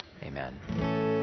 Amen